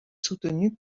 soutenue